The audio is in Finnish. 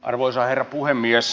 arvoisa herra puhemies